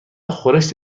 خورشت